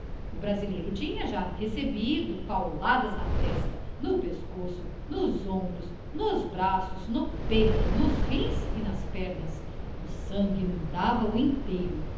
o brasileiro tinha já recebido pauladas na testa no pescoço nos ombros nos braços no peito nos rins e nas pernas o sangue inundava o inteiro